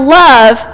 love